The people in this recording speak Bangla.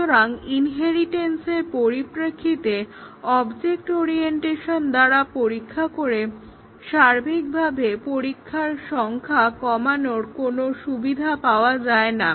সুতরাং ইনহেরিটেন্সের পরিপ্রেক্ষিতে অবজেক্ট ওরিয়েন্টেশন দ্বারা পরীক্ষা করে সার্বিকভাবে পরীক্ষার সংখ্যা কমানোর কোনো সুবিধা পাওয়া যায় না